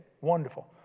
Wonderful